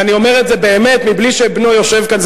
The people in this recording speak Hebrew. ואני אומר את זה באמת בלי שבנו ישב כאן,